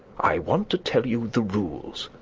i want to tell you the rules.